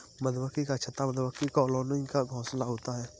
मधुमक्खी का छत्ता मधुमक्खी कॉलोनी का घोंसला होता है